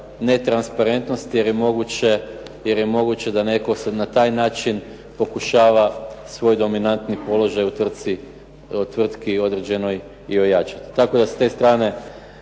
netransparentnost jer je moguće da netko se na taj način pokušava svoj dominantni položaj u tvrtki određenoj i ojačati. Tako da s te strane